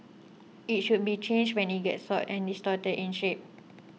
it should be changed when it gets soiled or distorted in shape